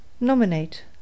Nominate